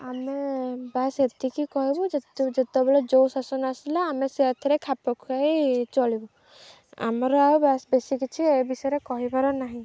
ଆମେ ବାସ୍ ଏତିକି କହିବୁ ଯେ ଯେତେବେଳେ ଯେଉଁ ଶାସନ ଆସିଲା ଆମେ ସେ ଏଥିରେ ଖାପ ଖୁଆାଇ ଚଳିବୁ ଆମର ଆଉ ବାସ ବେଶି କିଛି ଏ ବିଷୟରେ କହିବାର ନାହିଁ